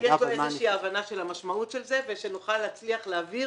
יש לו איזו הבנה של המשמעות של זה כדי שנוכל להצליח להעביר